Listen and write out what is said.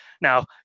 Now